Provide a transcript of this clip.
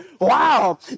wow